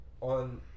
on